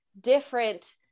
different